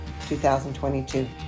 2022